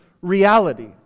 reality